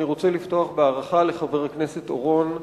אני רוצה לפתוח בהערכה לחבר הכנסת אורון,